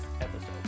episode